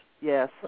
Yes